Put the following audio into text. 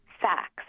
facts